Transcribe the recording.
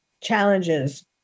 challenges